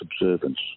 observance